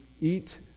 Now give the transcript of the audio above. eat